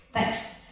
thanks.